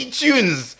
tunes